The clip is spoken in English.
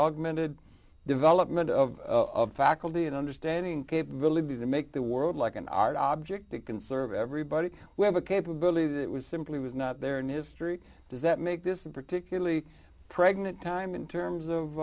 augmented development of faculty and understanding capability to make the world like an art object to conserve everybody we have a capability that was simply was not there in history does that make this a particularly pregnant time in terms of